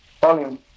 volume